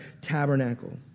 tabernacle